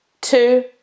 Two